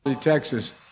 Texas